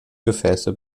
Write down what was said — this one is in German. gefäße